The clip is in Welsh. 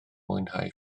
mwynhau